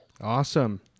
Awesome